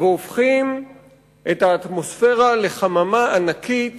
והם הופכים את האטמוספירה לחממה ענקית